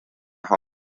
ha